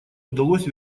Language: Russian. удалось